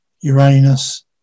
Uranus